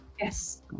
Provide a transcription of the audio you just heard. yes